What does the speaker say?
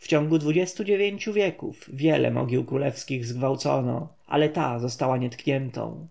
w ciągu dwudziestu dziewięciu wieków wiele mogił królewskich zgwałcono ale ta została nietkniętą